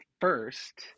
first